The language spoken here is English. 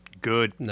Good